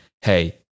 hey